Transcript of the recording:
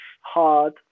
hard